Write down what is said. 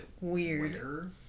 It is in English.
weird